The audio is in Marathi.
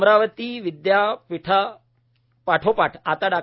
अमरावती विद्यापीठा पाठोपाठ आता डॉ